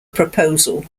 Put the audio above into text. proposal